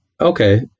okay